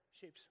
shapes